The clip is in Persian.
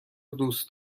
دوست